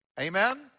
Amen